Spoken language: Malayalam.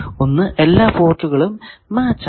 ഒന്ന് എല്ലാ പോർട്ടുകളും മാച്ച് ആണ്